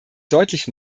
deutlich